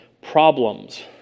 problems